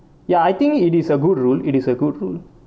ya I think it is a good rule it is a good rule